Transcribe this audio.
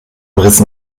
rissen